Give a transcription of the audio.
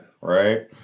right